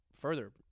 further